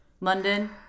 London